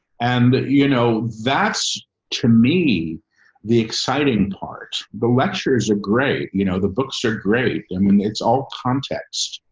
and you know, that's to me the exciting part. the lectures are great, you know, the books are great. i mean it's all context.